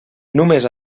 només